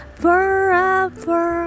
forever